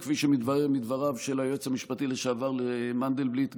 ומדבריו של היועץ המשפטי לשעבר מנדלבליט,